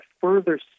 further